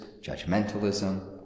judgmentalism